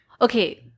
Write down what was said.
Okay